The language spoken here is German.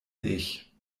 ich